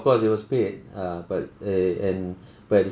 cause it was paid err but and but at the